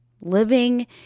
living